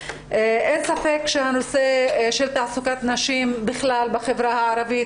אין ספק שנושא תעסוקת נשים בכלל בחברה הערבית